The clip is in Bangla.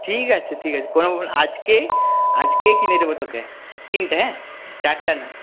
ঠিক আছে ঠিক আছে কোনো কোনো আজকে আজকেই কিনে দেব তোকে তিনটে হ্যাঁ চারটে নয়